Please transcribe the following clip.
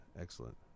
excellent